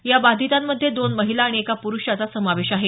या बाधितांमध्ये दोन महिला आणि एका पुरुषाचा समावेश आहे